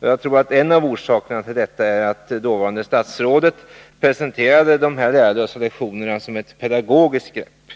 Jag tror att en av orsakerna till detta är att dåvarande statsrådet Ulla Tillander presenterade de lärarlösa lektionerna som ett pedagogiskt grepp.